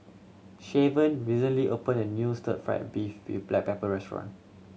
Shavon recently opened a new stir fried beef with black pepper restaurant